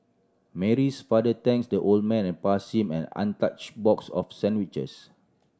Mary's father thanks the old man and pass him an untouch box of sandwiches